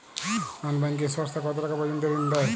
নন banking সংস্থা কতটাকা পর্যন্ত ঋণ দেয়?